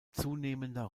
zunehmender